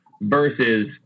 versus